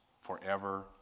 forever